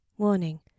Warning